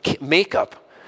makeup